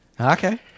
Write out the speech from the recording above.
Okay